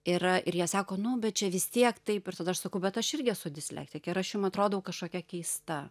yra ir jie sako nu bet čia vis tiek taip ir tada aš sakau bet aš irgi esu dislektikė ar aš jum atrodau kažkokia keista